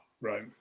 Right